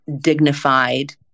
dignified